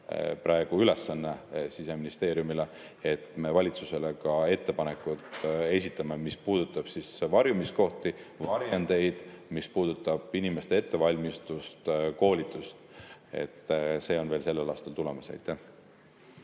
ülesanne Siseministeeriumile. Me esitame valitsusele ettepaneku, mis puudutab varjumiskohti, varjendeid, mis puudutab inimeste ettevalmistust ja koolitust. See on veel sellel aastal tulemas.